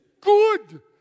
good